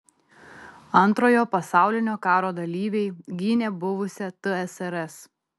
antrojo pasaulinio karo dalyviai gynė buvusią tsrs